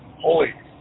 holy